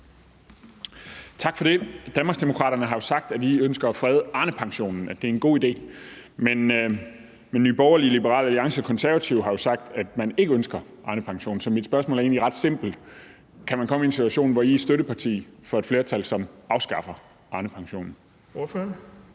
Tak for det. Danmarksdemokraterne har jo sagt, at I ønsker at frede Arnepensionen, og at den er en god idé, men Nye Borgerlige, Liberal Alliance og Konservative har jo sagt, at man ikke ønsker Arnepensionen. Så mit spørgsmål er egentlig ret simpelt: Kan man komme i en situation, hvor I er støtteparti for et flertal, som afskaffer Arnepensionen?